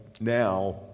now